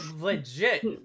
Legit